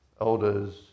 elders